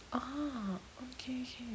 oh ookay ookay